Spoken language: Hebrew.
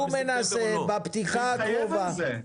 מנסה בפתיחה הקרובה --- שיתחייב על זה.